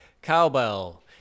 Cowbell